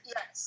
Yes